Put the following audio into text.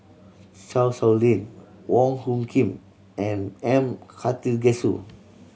Chan Sow Lin Wong Hung Khim and M Karthigesu